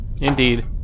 Indeed